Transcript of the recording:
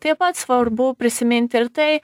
taip pat svarbu prisiminti ir tai